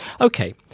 Okay